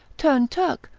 turn turk,